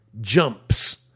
jumps